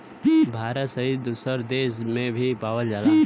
भारत सहित दुसर देस में भी पावल जाला